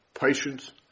patience